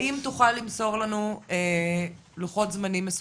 האם תוכל למסור לוועדה לוחות זמנים מסודרים?